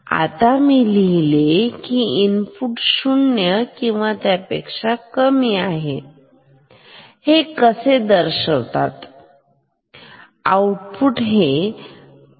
तर आता मी लिहिले की इनपुट 0 किंवा त्यापेक्षा कमी आहे हे असे दर्शविते की आउटपुट ही V सप्लाय इतके असेल